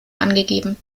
angegeben